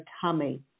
tummy